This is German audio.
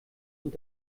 und